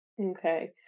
okay